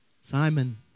Simon